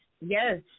Yes